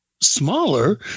smaller